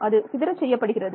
அது சிதற செய்யப்படுகிறது